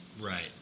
right